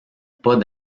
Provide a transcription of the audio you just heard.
pas